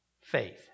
Faith